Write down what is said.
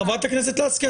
חברת הכנסת לסקי,